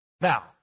now